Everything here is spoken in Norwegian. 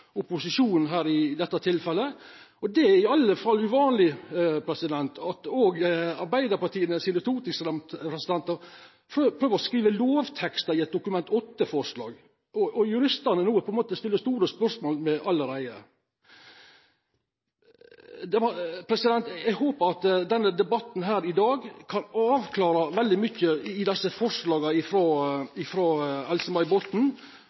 i dette tilfellet. Det er i alle fall uvanleg at stortingsrepresentantar frå Arbeidarpartiet prøver å skriva lovtekster i eit Dokument 8-forslag. Juristar stiller allereie no spørsmål om dette. Eg håpar at debatten i dag kan avklara mykje i samband med forslaga